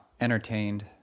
entertained